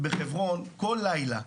בחברון כל לילה,